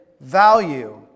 value